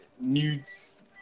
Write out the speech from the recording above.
nudes